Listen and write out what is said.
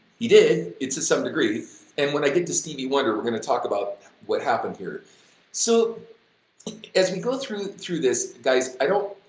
he did it to some degree and when i get to stevie wonder we're gonna talk about what happened here so as we go through through this, guys, i don't,